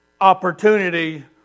opportunity